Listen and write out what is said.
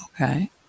Okay